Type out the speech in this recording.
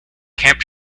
camp